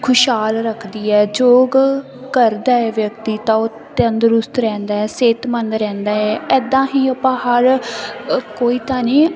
ਖੁਸ਼ਹਾਲ ਰੱਖਦੀ ਹੈ ਯੋਗ ਕਰਦਾ ਹੈ ਵਿਅਕਤੀ ਤਾਂ ਉਹ ਤੰਦਰੁਸਤ ਰਹਿੰਦਾ ਹੈ ਸਿਹਤਮੰਦ ਰਹਿੰਦਾ ਹੈ ਐਦਾਂ ਹੀ ਆਪਾਂ ਹਰ ਕੋਈ ਤਾਂ ਨਹੀਂ